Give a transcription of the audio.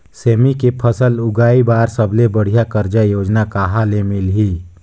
सेमी के फसल उगाई बार सबले बढ़िया कर्जा योजना कहा ले मिलही?